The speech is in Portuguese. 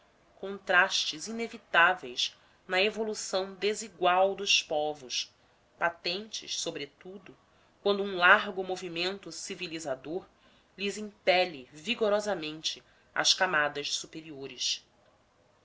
contrastes inevitáveis na evolução desigual dos povos patentes sobretudo quando um largo movimento civilizador lhes impele vigorosamente as camadas superiores